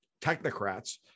technocrats